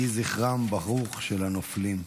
יהי זכרם של הנופלים ברוך.